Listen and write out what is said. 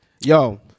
Yo